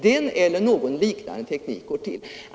Denna teknik eller någon liknande måste användas.